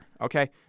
okay